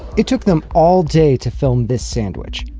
it took them all day to film this sandwich.